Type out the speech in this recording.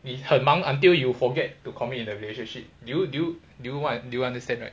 你很忙 until you forget to commit in a relationship do you do you what I do you understand right